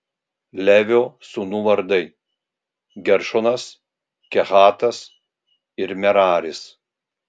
levio sūnų vardai geršonas kehatas ir meraris